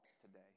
today